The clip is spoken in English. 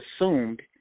assumed